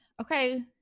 okay